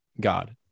God